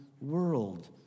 world